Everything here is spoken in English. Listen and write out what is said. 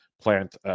plant